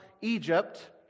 Egypt